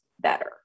better